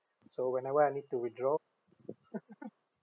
so whenever I need to withdraw